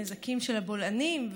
הנזקים של הבולענים,